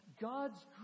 God's